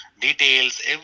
details